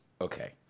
Okay